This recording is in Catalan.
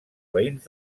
veïns